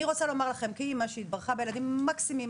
אני רוצה לומר לכם כאימא שהתברכה בילדים מקסימים,